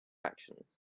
actions